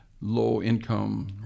low-income